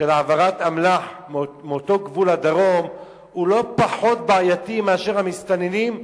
של העברת אמל"ח מאותו גבול הדרום היא לא פחות בעייתית מהמסתננים,